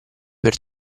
per